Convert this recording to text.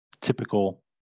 typical